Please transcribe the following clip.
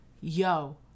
yo